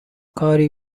کاری